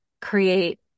create